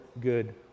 good